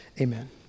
Amen